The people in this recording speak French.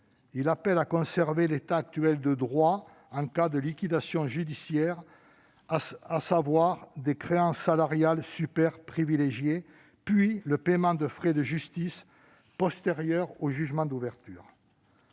Il appelle aussi à conserver l'état actuel du droit en cas de liquidation judiciaire, à savoir des créances salariales superprivilégiées, puis le paiement des frais de justice postérieurs au jugement d'ouverture.